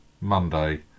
Monday